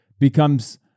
becomes